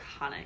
iconic